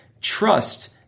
trust